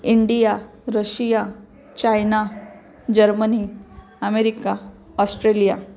India Russia China Germany America Australia